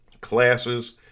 classes